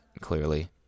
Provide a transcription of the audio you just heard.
clearly